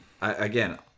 again